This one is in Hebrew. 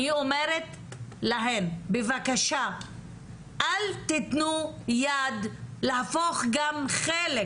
אני אומרת להן, בבקשה, אל תיתנו יד להפוך גם חלק